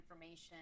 information